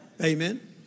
Amen